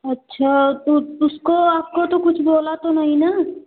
अच्छा तो उसको आपको तो कुछ बोला तो नहीं ना